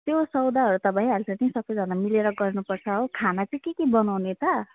त्यो सौदाहरू त भइहाल्छ नि सबैजना मिलेर गर्नु पर्छ हो खाना चाहिँ के के बनाउने त